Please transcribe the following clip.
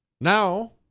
Now